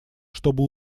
чтобы